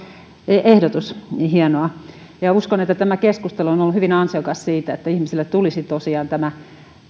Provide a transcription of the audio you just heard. ehdotus hienoa uskon että tämä keskustelu on ollut hyvin ansiokas siinä että ihmisille tulisi tosiaan selväksi tämä